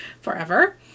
forever